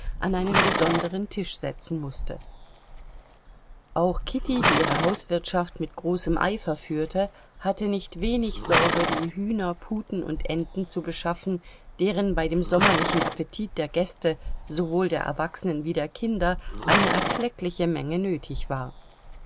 an einen besonderen tisch setzen mußte auch kitty die ihre hauswirtschaft mit großem eifer führte hatte nicht wenig sorge die hühner puten und enten zu beschaffen deren bei dem sommerlichen appetit der gäste sowohl der erwachsenen wie der kinder eine erkleckliche menge nötig war